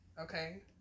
Okay